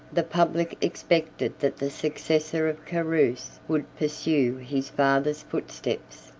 the public expected that the successor of carus would pursue his father's footsteps,